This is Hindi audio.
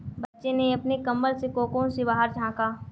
बच्चे ने अपने कंबल के कोकून से बाहर झाँका